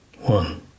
One